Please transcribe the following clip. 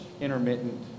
intermittent